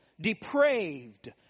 Depraved